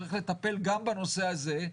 נצטרך לטפל גם בנושא הזה,